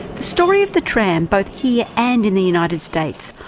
story of the tram, both here and in the united states,